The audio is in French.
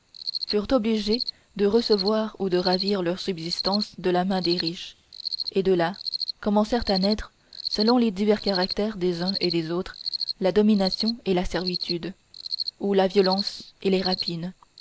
furent obligés de recevoir ou de ravir leur subsistance de la main des riches et de là commencèrent à naître selon les divers caractères des uns et des autres la domination et la servitude ou la violence et les rapines